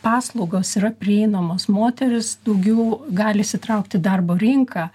paslaugos yra prieinamos moterys daugiau gali įsitraukt į darbo rinką